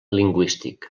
lingüístic